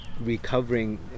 recovering